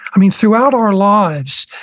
i mean, throughout our lives,